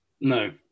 No